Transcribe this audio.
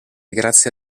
grazie